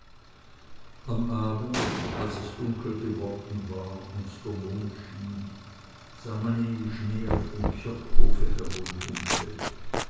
am abend als es dunkel geworden war und der mond schien sah man ihn im schnee auf dem kirchhofe